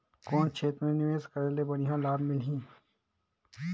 कौन क्षेत्र मे निवेश करे ले बढ़िया लाभ मिलही?